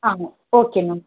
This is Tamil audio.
ஆமாம் ஓகே மேம்